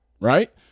Right